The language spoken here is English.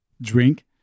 drink